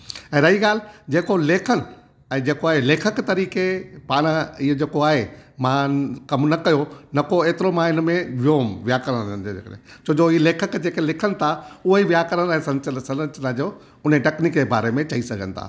ऐं रही ॻाल्हि जेको लेखन ऐं जेको आहे लेखक तरीक़े पाण इहो जेको आहे मां कम न कयो न को एतिरो मां हिनमें वियो हुयुमि व्याकरण धंधे जे करे छोजो हीअ लेखक जेके लिखनि था उहेई व्याकरण ऐं संचल सलंचना जो हुने टैक्नीक जे बारे में चई सघनि था